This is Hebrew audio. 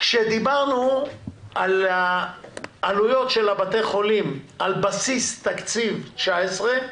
כשדיברנו על עלויות בתי החולים על בסיס תקציב 19',